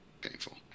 painful